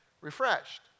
refreshed